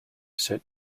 set